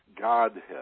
Godhead